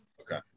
okay